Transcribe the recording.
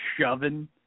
shoving